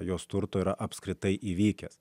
jos turto yra apskritai įvykęs